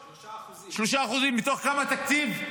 3%. 3% מתוך כמה תקציב?